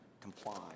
comply